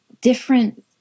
different